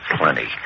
plenty